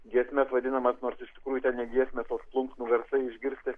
giesmes vadinamas nors iš tikrųjų ten ne giesmės o plunksnų garsai išgirsti